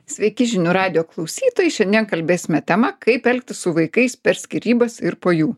sveiki žinių radijo klausytojai šiandien kalbėsime tema kaip elgtis su vaikais per skyrybas ir po jų